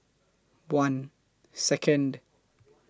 one Second